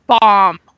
bomb